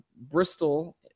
Bristol